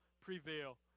prevail